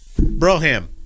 Broham